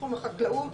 בתחום החקלאות,